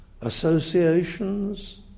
associations